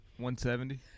170